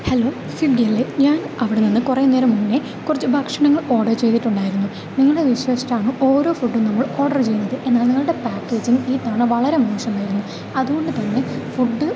hello Swiggy അല്ലേ ഞാൻ അവിടെ നിന്ന് കുറേ നേരം മുന്നേ കുറച്ച് ഭക്ഷണങ്ങൾ ഓർഡർ ചെയ്തിട്ടുണ്ടായിരുന്നു നിങ്ങളെ വിശ്വസിച്ചാണ് ഓരോ ഫുഡും നമ്മൾ ഓർഡർ ചെയ്യുന്നത് എന്നാൽ നിങ്ങളുടെ പാക്കേജിങ് ഇത്തവണ വളരെ മോശമായിരുന്നു അതുകൊണ്ട് തന്നെ ഫുഡ്